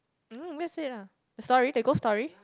mm that's it lah the story the ghost story